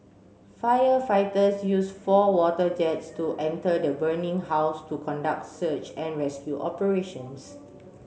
firefighters used four water jets to enter the burning house to conduct search and rescue operations